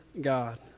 God